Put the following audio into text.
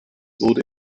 wurde